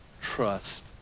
trust